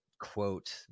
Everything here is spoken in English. quote